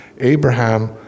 Abraham